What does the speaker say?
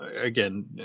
again